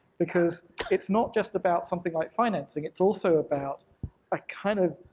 because it's not just about something like financing, it's also about a kind of